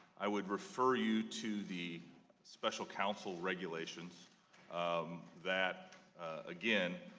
i would refer you to the special counsel regulations um that again,